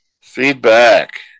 Feedback